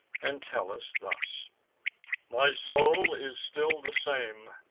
entellus, thus my soul is still the same,